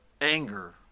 anger